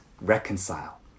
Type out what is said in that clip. reconcile